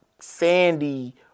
sandy